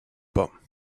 pas